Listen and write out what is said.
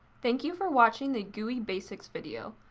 thank you for watching the gui basics video.